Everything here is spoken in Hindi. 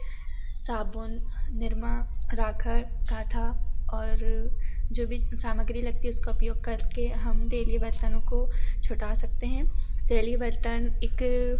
साबुन निरमा राखड़ काथा और जो भी सामग्री लगती है उसका उपयोग करके हम तेलीय बर्तनों को छुटा सकते हैं तेलीय बर्तन एक